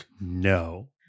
no